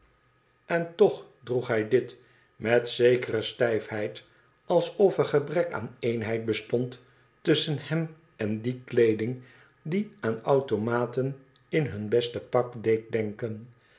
en toch droeg hij dit met zekere stijfheid alsof er gebrek aan eenheid bestond tusschen hem en die kleeding die aan automaten in hun beste pak deed denken